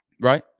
Right